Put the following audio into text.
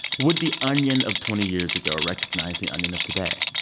would the onion of twenty years ago recognize the onion of today?